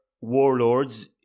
warlords